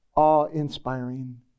awe-inspiring